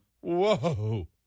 whoa